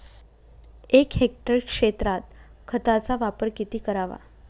एक हेक्टर क्षेत्रात खताचा वापर किती करावा?